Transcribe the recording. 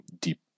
deep